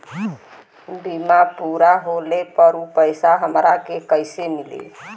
बीमा पूरा होले पर उ पैसा हमरा के कईसे मिली?